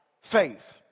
faith